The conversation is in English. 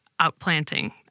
outplanting